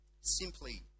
Simply